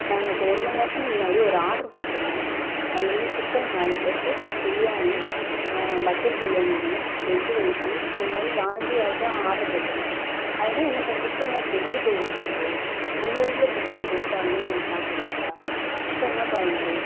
நாங்க இப்போ ஒரு மண்நேரத்துக்கு முன்னாடி ஒரு ஆர்டர் போட்டுயிருந்தோம் அதில் வந்து chicken lollipop biryani bucket biryani ஒன்று வெஜ்ஜு ரைஸு இந்த மாதிரி நாலஞ்சு ஐட்டம் ஆர்டர் போட்யிருந்தோம் அதெல்லாம் என்னப்பா சிக்கன்லாம் கெட்டுப் போய் வந்துயிருக்கு உங்கள் வீட்டில் இப்படி ஒன்று கொடுத்தாங்கன்னா நீங்கள் சாப்பிடுவீங்களா சிக்கன்லாம் பாருங்களேன்